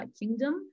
Kingdom